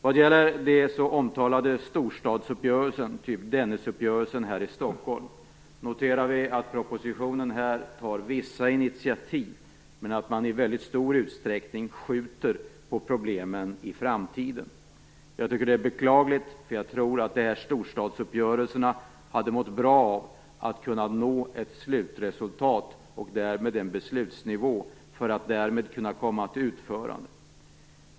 Vad gäller de så omtalade storstadsuppgörelserna, t.ex. Dennisuppgörelsen här i Stockholm, noterar vi att propositionen här tar vissa initiativ men att man i väldigt stor utsträckning skjuter problemen till framtiden. Jag tycker att det är beklagligt. Jag tror att storstadsuppgörelserna hade mått bra av att kunna nå ett slutresultat och en beslutsnivå för att därmed komma till utförande.